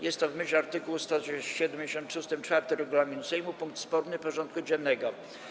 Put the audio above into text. Jest to, w myśl art. 173 ust. 4 regulaminu Sejmu, punkt sporny porządku dziennego.